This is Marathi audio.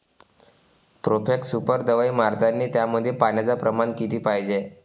प्रोफेक्स सुपर दवाई मारतानी त्यामंदी पान्याचं प्रमाण किती पायजे?